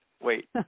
wait